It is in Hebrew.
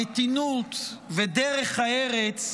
המתינות ודרך הארץ,